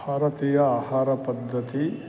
भारतीया आहारपद्धतिः